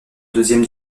deuxième